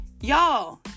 Y'all